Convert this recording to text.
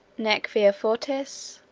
nec vir fortis,